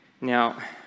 Now